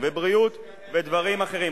בריאות ודברים אחרים.